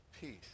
Peace